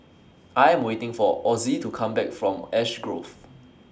I Am waiting For Ozzie to Come Back from Ash Grove